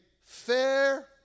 fair